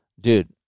dude